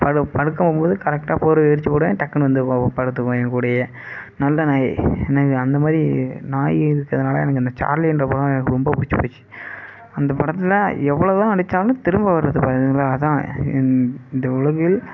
படு படுக்கும்போது கரெக்டாக போர்வையை விரிச்சு போடுவேன் டக்குனு வந்து வொவ் படுத்துக்கும் என்கூடயே நல்ல நாய் எனக்கு அந்த மாதிரி நாய் இருக்கிறதுனால எனக்கு இந்த சார்லின்ற படம் எனக்கு ரொம்ப பிடிச்சிப் போச்சு அந்த படத்தில் எவ்வளோ தான் அடித்தாலும் திரும்ப வருது பாருங்களேன் அதுதான் இந் இந்த உலகில்